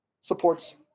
supports